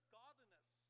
godliness